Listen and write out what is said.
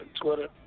Twitter